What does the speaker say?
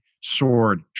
sword